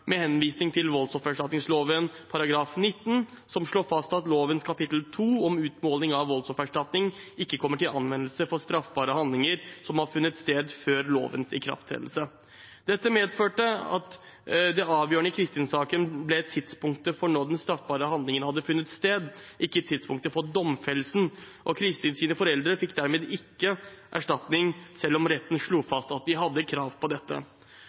med henvisning til voldsoffererstatningsloven § 19, som slår fast at lovens kapittel 2, om utmåling av voldsoffererstatning, ikke kommer til anvendelse for straffbare handlinger som har funnet sted før lovens ikrafttredelse. Dette medførte at det avgjørende i Kristin-saken ble tidspunktet for når den straffbare handlingen hadde funnet sted, ikke tidspunktet for domfellelsen. Kristins foreldre fikk dermed ikke erstatning, selv om retten slo fast at de hadde krav på